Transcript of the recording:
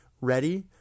ready